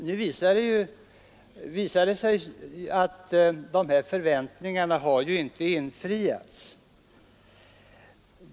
Nu visar det sig att dessa förväntningar inte infriats.